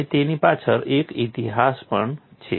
અને તેની પાછળ એક ઇતિહાસ પણ છે